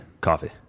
Coffee